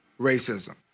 racism